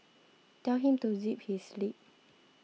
tell him to zip his lip